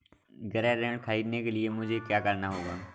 गृह ऋण ख़रीदने के लिए मुझे क्या करना होगा?